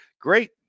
Great